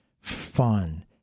fun